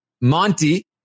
Monty